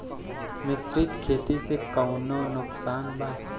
मिश्रित खेती से कौनो नुकसान बा?